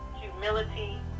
humility